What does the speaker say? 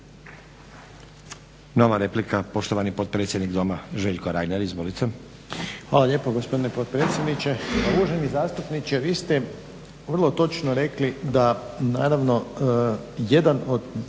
Nova replika, poštovani potpredsjednik Doma Željko Reiner, izvolite.